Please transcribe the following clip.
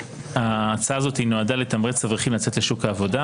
ההצעה הזאת נועדה לתמרץ אברכים לצאת לשוק העבודה,